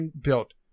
built